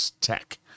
tech